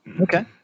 okay